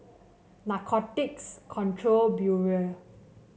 Narcotics Control Bureau